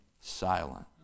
silent